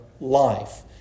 life